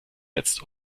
jetzt